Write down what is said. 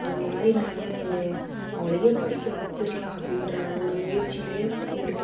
அது மாதிரி நான் அவளையும் படிக்க வச்சிடலாம் அப்படின்ற ஒரு முயற்சிலேயும் ஈடுப்பட்டேன்